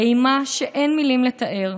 באימה שאין מילים לתאר,